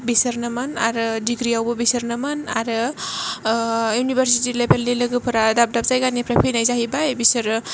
बिसोरनोमोन आरो डिग्रियावबो बिसोरनोमोन आरो इउनिभारसिटि लेबेलनि लोगोफ्रा दाब दाब जायगानिफ्राय फैनाय जाहैबाय बिसोरो